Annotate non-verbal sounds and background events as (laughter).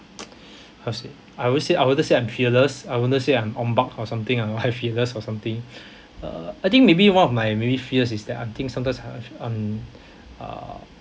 (noise) how to say I wouldn't say I wouldn't say I'm fearless I wouldn't say I'm ong bak or something I'm fearless or something uh I think maybe one of my many fears is that I think sometimes I have um uh